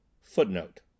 Footnote